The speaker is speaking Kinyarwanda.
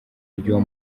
ry’uwo